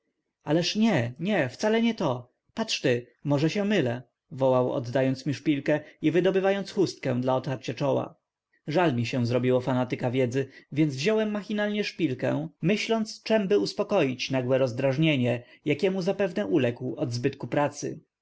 ależ nie nie wcale nie to patrz ty może się mylę wołał oddając mi szpilkę i wydobywając chustkę dla otarcia czoła żal mi się zrobiło fanatyka wiedzy więc wziąłem machinalnie szpilkę myśląc czemby uspokoić nagłe rozdrażnienie jakiemu zapewne uległ od zbytku pracy